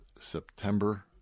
September